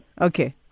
Okay